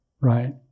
right